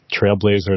trailblazers